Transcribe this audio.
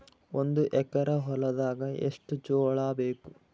ಒಂದು ಎಕರ ಹೊಲದಾಗ ಎಷ್ಟು ಜೋಳಾಬೇಕು?